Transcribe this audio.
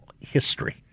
history